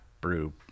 brew